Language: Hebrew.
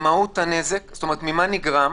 מהות הנזק וממה הוא נגרם,